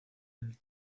del